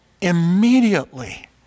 immediately